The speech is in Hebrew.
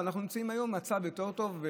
אנחנו נמצאים היום במצב יותר טוב,